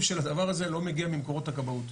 של הדבר הזה לא מגיע ממקורות הכבאות.